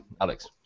Alex